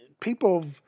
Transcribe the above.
people